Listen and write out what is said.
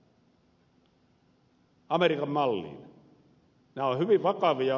nämä ovat hyvin vakavia uhkia